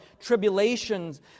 tribulations